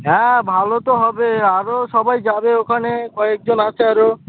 হ্যাঁ ভালো তো হবে আরও সবাই যাবে ওখানে কয়েকজন আছে আরও